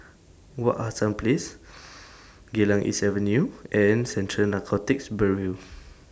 Wak Hassan Place Geylang East Avenue and Central Narcotics Bureau